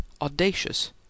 audacious